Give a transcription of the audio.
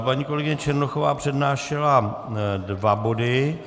Paní kolegyně Černochová přednášela dva body.